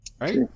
Right